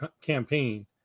campaign